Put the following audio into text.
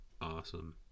awesome